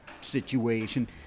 situation